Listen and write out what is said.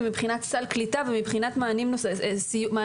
מבחינת סל קליטה ומבחינת מענק הסתגלות,